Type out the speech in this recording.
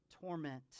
torment